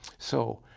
so,